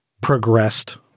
progressed